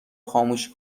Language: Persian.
خاموش